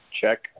check